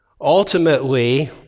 ultimately